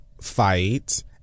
fight